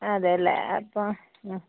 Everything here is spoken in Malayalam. അതെ അല്ലേ അപ്പോൾ